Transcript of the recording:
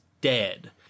dead